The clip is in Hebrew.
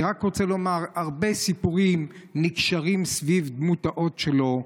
הרבה סיפורים נקשרים סביב דמות ההוד שלו,